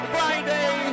Friday